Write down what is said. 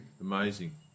Amazing